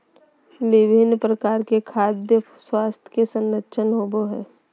विभिन्न प्रकार के खाद्यान स्वास्थ्य के संरक्षण होबय हइ